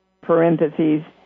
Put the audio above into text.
parentheses